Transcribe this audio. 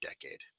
decade